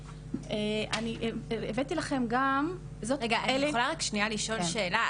רגע, אני יכולה רק שנייה לשאול שאלה?